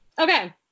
Okay